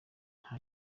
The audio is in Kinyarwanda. nta